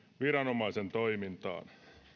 viranomaisen toimintaan